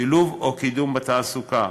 שילוב או קידום בתעסוקה,